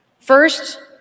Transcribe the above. First